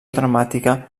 dramàtica